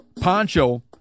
poncho